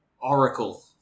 Oracle